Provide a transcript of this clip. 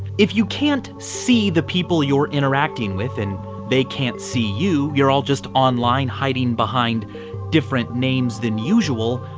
if you can't see the people you're interacting with and they can't see you, you're all just online hiding behind different names than usual,